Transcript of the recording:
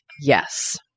Yes